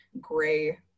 gray